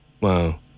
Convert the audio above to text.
Wow